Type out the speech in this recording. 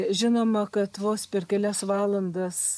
žinoma kad vos per kelias valandas